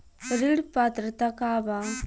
ऋण पात्रता का बा?